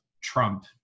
Trump